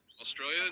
Australia